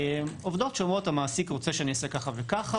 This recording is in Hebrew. עובדות שאומרות: המעסיק רוצה שאני אעשה כך וכך,